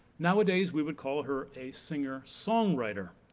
nowadays we would call her a singer songwriter,